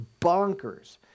bonkers